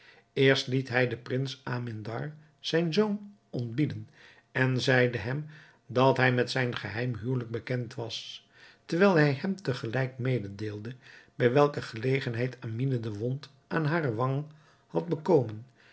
eerst liet hij den prins amindar zijn zoon ontbieden en zeide hem dat hij met zijn geheim huwelijk bekend was terwijl hij hem te gelijk mededeelde bij welke gelegenheid amine de wond aan hare wang had bekomen